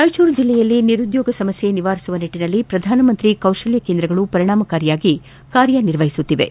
ರಾಯಚೂರು ಜಿಲ್ಲೆಯಲ್ಲಿ ನಿರುದ್ಯೋಗ ಸಮಸ್ಯೆ ನಿವಾರಿಸುವ ನಿಟ್ಟಿನಲ್ಲಿ ಪ್ರಧಾನಮಂತ್ರಿ ಕೌಶಲ್ಯ ಕೇಂದ್ರಗಳು ಪರಿಣಾಮಕಾರಿಯಾಗಿ ಕಾರ್ಯನಿರ್ವಹಿಸುತ್ತಿವೆ